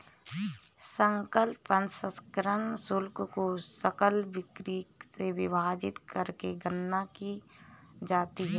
सकल प्रसंस्करण शुल्क को सकल बिक्री से विभाजित करके गणना की जाती है